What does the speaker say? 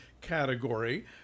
Category